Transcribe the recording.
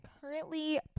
currently